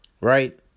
Right